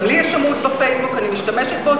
גם לי יש עמוד בפייסבוק, אני משתמשת בו.